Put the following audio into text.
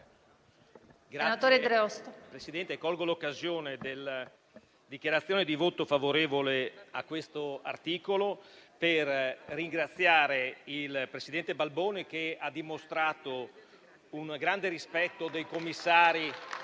Signor Presidente, colgo l'occasione della dichiarazione di voto favorevole a questo articolo per ringraziare il presidente Balboni che ha dimostrato un grande rispetto dei commissari